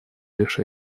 лишь